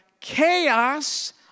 Chaos